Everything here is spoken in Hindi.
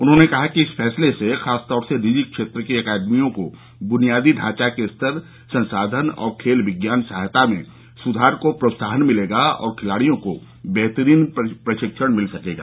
उन्होंने कहा कि इस फ़ैसले से ख़ासतौर से निजी क्षेत्र की अकादमियों को बुनियादी ढांचे के स्तर संसाधन और खेल विज्ञान सहायता में सुधार को प्रोत्साहन मिलेगा और खिलाड़ियों को बेहतरीन प्रशिक्षण मिल सकेगा